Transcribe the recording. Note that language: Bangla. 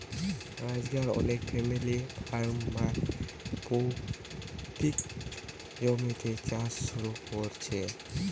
আজকাল অনেকে ফ্যামিলি ফার্ম, বা পৈতৃক জমিতে চাষ শুরু কোরছে